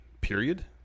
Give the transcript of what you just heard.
Period